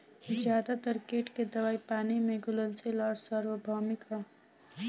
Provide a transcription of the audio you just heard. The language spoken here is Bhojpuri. ज्यादातर कीट के दवाई पानी में घुलनशील आउर सार्वभौमिक ह?